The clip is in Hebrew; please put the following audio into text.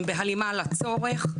הם בהלימה לצורך.